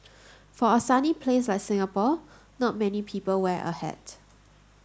for a sunny place like Singapore not many people wear a hat